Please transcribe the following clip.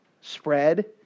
spread